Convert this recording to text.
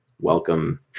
Welcome